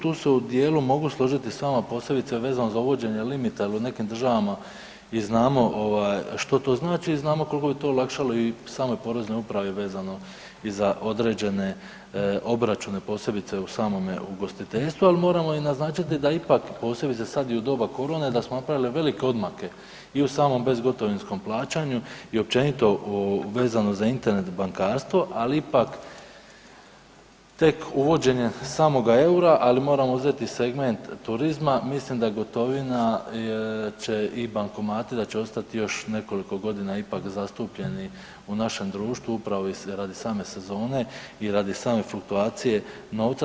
Tu se u dijelu mogu složiti s vama posebice vezano za uvođenje limita jer u nekim državama i znamo ovaj što to znači i znamo koliko bi to olakšalo i samoj poreznoj upravi vezano i za određene obračune posebice u samome ugostiteljstvu, ali moramo i naznačiti da ipak posebice i u doba korone da smo napravili velike odmake i u samom bezgotovinskom plaćanju i općenito vezano za Internet bankarstvo ali ipak tek uvođenje samoga EUR-a ali moramo uzeti segment turizma, mislim da gotovina je će i bankomati da će ostati još nekoliko godina ipak zastupljeni u našem društvu upravo i radi same sezone i radi same fluktuacije novca.